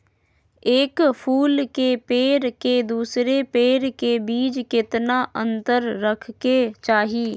एक फुल के पेड़ के दूसरे पेड़ के बीज केतना अंतर रखके चाहि?